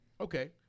okay